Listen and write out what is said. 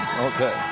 Okay